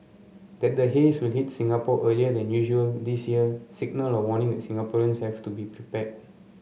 that the haze will hit Singapore earlier than usual this year signalled a warning that Singaporeans have to be prepared